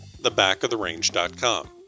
thebackoftherange.com